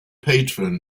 patron